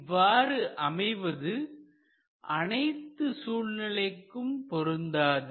இவ்வாறு அமைவது அனைத்து சூழ்நிலைகளுக்கும் பொருந்தாது